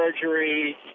surgery